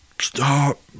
Stop